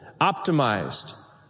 optimized